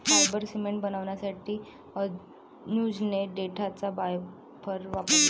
fibre cement बनवण्यासाठी अनुजने देठाचा फायबर वापरला